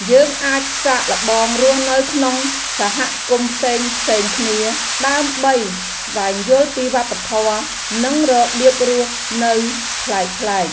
យើងអាចសាកល្បងរស់នៅក្នុងសហគមន៍ផ្សេងៗគ្នា ដើម្បីស្វែងយល់ពីវប្បធម៌ និងរបៀបរស់នៅប្លែកៗ។